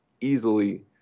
easily